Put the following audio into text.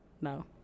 No